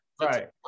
Right